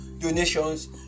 donations